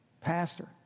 pastor